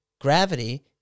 gravity